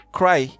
cry